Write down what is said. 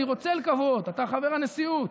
אני רוצה לקוות, אתה חבר הנשיאות,